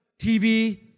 TV